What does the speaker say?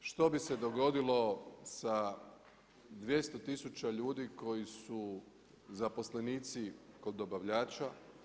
Što bi se dogodilo sa 200 tisuća ljudi koji su zaposlenici kod dobavljača?